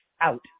out